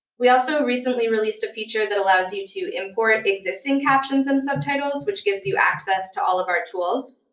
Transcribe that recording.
we also recently released a feature that allows you to import existing captions and subtitles, which gives you access to all of our tools.